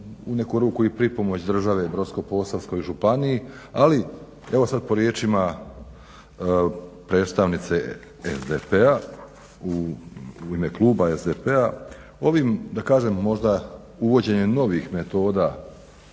u neku ruku i pripomoć države Brodsko-posavskoj županiji ali evo sad po riječima predstavnice SDP-a u ime kluba SDP-a ovim da kažem možda uvođenjem novih metoda